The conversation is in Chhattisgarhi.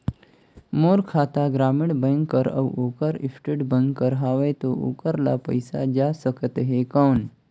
मोर खाता ग्रामीण बैंक कर अउ ओकर स्टेट बैंक कर हावेय तो ओकर ला पइसा जा सकत हे कौन?